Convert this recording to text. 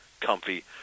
comfy